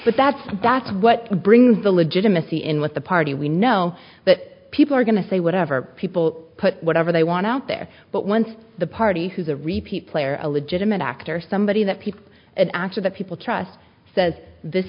but that's that's what brings the legitimacy in with the party we know that people are going to say whatever people put whatever they want out there but once the party who's a repeat player a legitimate actor somebody that people after the people trust says this